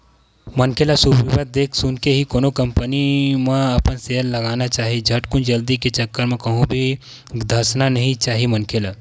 मनखे ल सुबेवत देख सुनके ही कोनो कंपनी म अपन सेयर ल लगाना चाही झटकुन जल्दी के चक्कर म कहूं भी धसना नइ चाही मनखे ल